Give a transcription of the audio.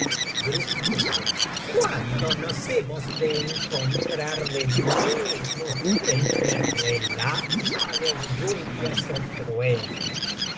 br todas cuándo nos hemos de encontrar de nuevo entre relámpagos lluvias ó truenos